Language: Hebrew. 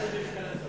טייבה וקלנסואה.